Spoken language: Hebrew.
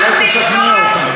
אולי תשכנעי אותם.